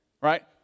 right